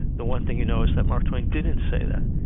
the one thing you know is that mark twain didn't say that.